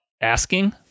asking